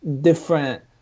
different